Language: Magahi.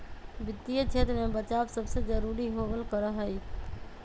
वित्तीय क्षेत्र में बचाव सबसे जरूरी होबल करा हई